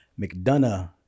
McDonough